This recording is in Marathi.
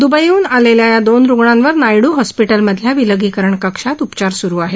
द्बईहन आलेल्या या दोन रुग्णांवर नायडू हॉस्पिटलमधल्या विलगीकरण कक्षात उपचार स्रू आहेत